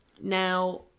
Now